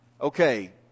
Okay